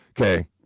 Okay